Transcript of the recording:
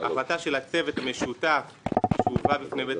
ההחלטה של הצוות המשותף שהובאה בפני בית